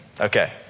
Okay